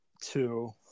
two